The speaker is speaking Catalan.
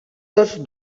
tots